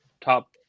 top